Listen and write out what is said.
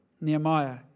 Nehemiah